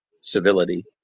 civility